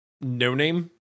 no-name